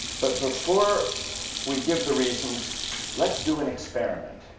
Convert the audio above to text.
but before we give the reasons let's do an experiment